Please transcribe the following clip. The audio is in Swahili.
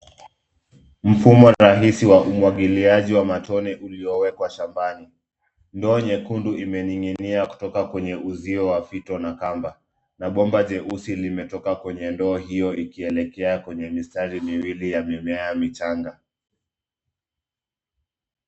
Mfumo rahisi wa umwagiliaji wa matone uliowekwa shambani. Ndoo nyekundu imening'inia kutoka kwenye uzio wa fito na kamba. Na bomba jeusi limetoka kwenye ndoo hiyo ikielekea kwenye mistari miwili ya mimea michanga.